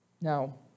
Now